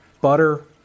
butter